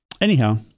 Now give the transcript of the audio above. Anyhow